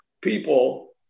people